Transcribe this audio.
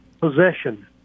possession